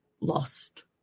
lost